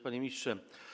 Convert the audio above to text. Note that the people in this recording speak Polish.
Panie Ministrze!